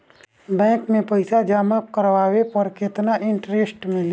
Bank में पईसा जमा करवाये पर केतना इन्टरेस्ट मिली?